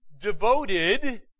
devoted